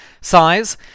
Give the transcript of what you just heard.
size